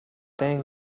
дайн